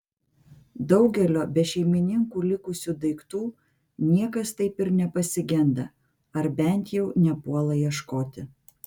daugelio be šeimininkų likusių daiktų niekas taip ir nepasigenda ar bent jau nepuola ieškoti